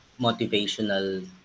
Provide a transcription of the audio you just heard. motivational